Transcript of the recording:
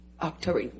October